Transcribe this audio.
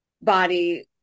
body